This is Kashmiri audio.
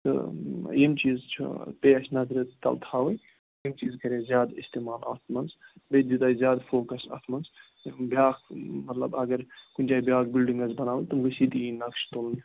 تہٕ یِم چیٖز چھِ بیٚیہِ اَسہِ نَظرِ تَل تھاوٕنۍ یِم چیٖز کَرے اَسہِ زیادٕ استعمال اَتھ منٛز بیٚیہِ دیُت اَسہِ زیادٕ فوکَس اَتھ منٛز بیٛاکھ مطلب اگر کُنہِ جایہِ بیٛاکھ بِلڈِنٛگ آسہِ بَناوٕنۍ تِم گٔژھۍ ییٚتی دِنۍ نَقشہٕ تُلنہٕ